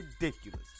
ridiculous